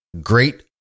great